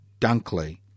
Dunkley